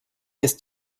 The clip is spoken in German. ist